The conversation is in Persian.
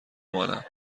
مانم